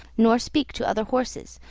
nor speak to other horses,